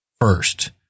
first